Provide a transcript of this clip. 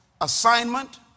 assignment